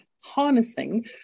harnessing